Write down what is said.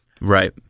Right